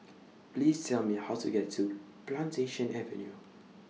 Please Tell Me How to get to Plantation Avenue